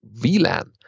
VLAN